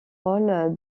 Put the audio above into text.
rôle